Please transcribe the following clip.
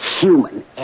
human